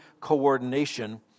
coordination